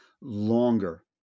longer